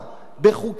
כשהיה צריך,